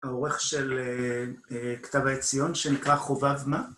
האורך של כתב העציון שנקרא חובב מה?